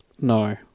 No